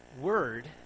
word